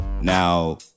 Now